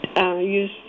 Use